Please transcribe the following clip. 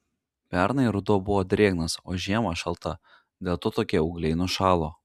pernai ruduo buvo drėgnas o žiema šalta dėl to tokie ūgliai nušalo